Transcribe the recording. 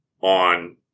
on